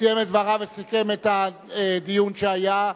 סיים את דבריו וסיכם את הדיון שהיה.